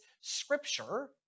scripture